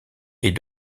est